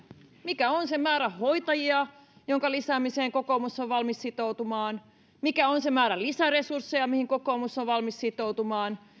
mikä on se määrä hoitajia jonka lisäämiseen kokoomus on valmis sitoutumaan mikä on se määrä lisäresursseja mihin kokoomus on valmis sitoutumaan